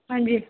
ਹਾਂਜੀ